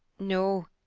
no,